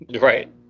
right